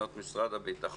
כלומר משרד הביטחון,